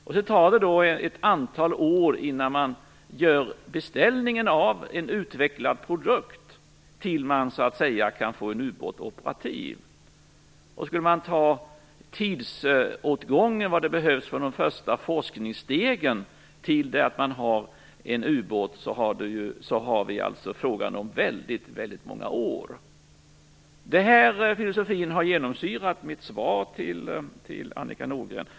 Sedan tar det ett antal år innan man gör beställningen av en utvecklad produkt och till dess man kan få en ubåt operativ. Den tidsåtgång som behövs från de första forskningsstegen till dess att man har en ubåt handlar om väldigt många år. Den här filosofin har genomsyrat mitt svar till Annika Nordgren.